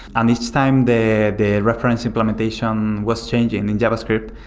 um each time the the reference implementation was changing in javascript,